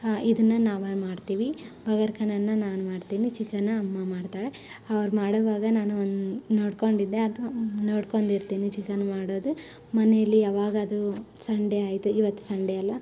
ಇದನ್ನು ನಾವೇ ಮಾಡ್ತೀವಿ ಬಗರ್ ಖಾನನ ನಾನು ಮಾಡ್ತೀನಿ ಚಿಕನ ಅಮ್ಮ ಮಾಡ್ತಾಳೆ ಅವ್ರು ಮಾಡುವಾಗ ನಾನೂ ನೋಡ್ಕೊಂಡಿದ್ದೆ ಅಥ್ವಾ ನೋಡ್ಕೊಂಡಿರ್ತೀನಿ ಚಿಕನ್ ಮಾಡೋದು ಮನೇಲಿ ಯಾವಾಗಾದ್ರೂ ಸಂಡೇ ಆಯಿತು ಇವತ್ತು ಸಂಡೇ ಅಲ್ಲ